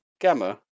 Gamma